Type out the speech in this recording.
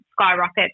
skyrocket